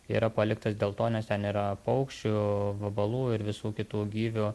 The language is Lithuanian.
yra paliktas dėl to nes ten yra paukščių vabalų ir visų kitų gyvių